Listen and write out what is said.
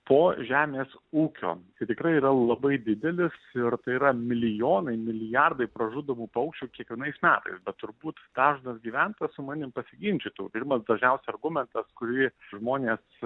po žemės ūkio tai tikrai yra labai didelis ir tai yra milijonai milijardai pražudomų paukščių kiekvienais metais turbūt dažnas gyventojas su manim pasiginčytų ir minimas dažniausiai argumentas kurį žmonės